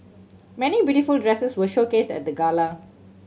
many beautiful dresses were showcased at the gala